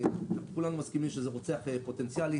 כולנו מסכימים שזה רוצח פוטנציאלי.